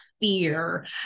fear